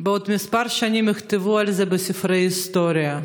בעוד כמה שנים יכתבו עליו בספרי ההיסטוריה,